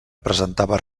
presentava